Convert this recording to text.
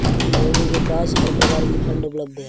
मोहिनी के पास हर प्रकार की फ़ंड उपलब्ध है